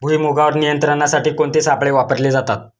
भुईमुगावर नियंत्रणासाठी कोणते सापळे वापरले जातात?